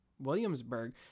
Williamsburg